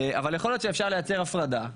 אבל יכול להיות שאפשר לייצר הפרדה,